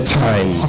time